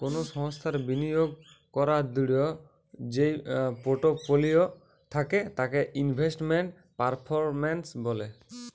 কোনো সংস্থার বিনিয়োগ করাদূঢ় যেই পোর্টফোলিও থাকে তাকে ইনভেস্টমেন্ট পারফরম্যান্স বলে